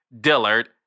Dillard